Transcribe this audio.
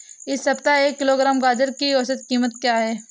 इस सप्ताह एक किलोग्राम गाजर की औसत कीमत क्या है?